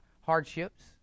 hardships